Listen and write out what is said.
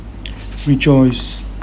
Rejoice